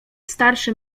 starszy